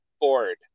board